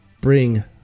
bring